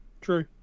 True